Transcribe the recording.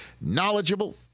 knowledgeable